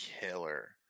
killer